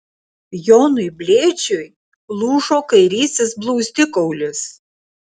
jonui blėdžiui lūžo kairysis blauzdikaulis